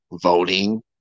voting